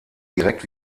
direkt